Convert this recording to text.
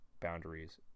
boundaries